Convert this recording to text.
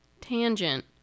tangent